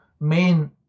main